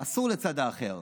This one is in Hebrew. אסור לצד האחר.